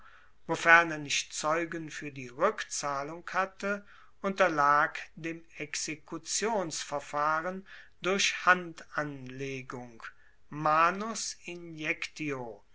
wofern er nicht zeugen fuer die rueckzahlung hatte unterlag dem exekutionsverfahren durch handanlegung manus